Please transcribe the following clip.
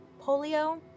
polio